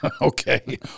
Okay